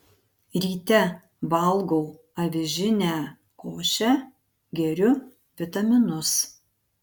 ryte valgau avižinę košę geriu vitaminus